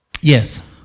Yes